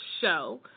show